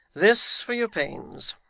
this for your pains,